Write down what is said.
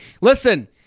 listen